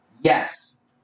Yes